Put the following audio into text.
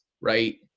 right